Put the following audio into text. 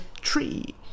tree